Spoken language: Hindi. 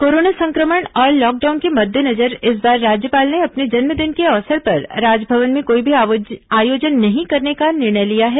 कोरोना संक्रमण और लॉकडाउन के मद्देनजर इस बार राज्यपाल ने अपने जन्मदिन के अवसर पर राजभवन में कोई भी आयोजन नहीं करने का निर्णय लिया है